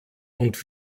und